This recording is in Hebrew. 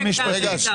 רגע.